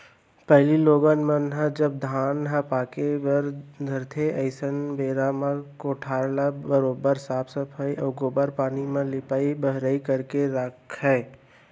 पहिली लोगन मन ह जब धान ह पाके बर धरय अइसनहे बेरा म कोठार ल बरोबर साफ सफई ए गोबर पानी म लिपाई बहराई करके राखयँ